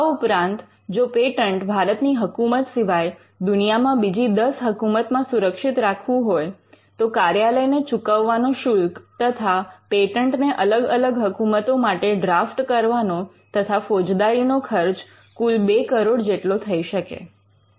આ ઉપરાંત જો પેટન્ટ ભારતની હકુમત સિવાય દુનિયામાં બીજી 10 હકુમતમાં સુરક્ષિત રાખવું હોય તો કાર્યાલયને ચૂકવવાનો શુલ્ક તથા પેટન્ટને અલગ અલગ હકુમતો માટે ડ્રાફ્ટ કરવાનો તથા ફોજદારી નો ખર્ચ કુલ બે કરોડ જેટલો થઈ શકે